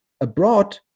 abroad